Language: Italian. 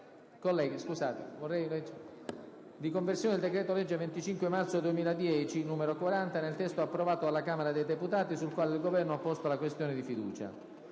di conversione in legge del decreto-legge 25 marzo 2010, n. 40, nel testo approvato dalla Camera dei deputati, sul quale il Governo ha posto la questione di fiducia.